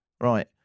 Right